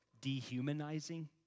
Dehumanizing